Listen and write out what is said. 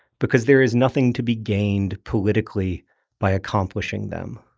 because there is nothing to be gained politically by accomplishing them.